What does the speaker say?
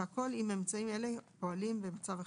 והכל אם אמצעים אלה פועלים מצב החירום.